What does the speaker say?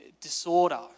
disorder